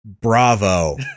bravo